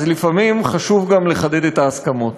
אז לפעמים חשוב גם לחדד את ההסכמות.